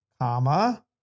comma